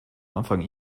anfang